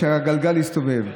הגלגל המסתובב.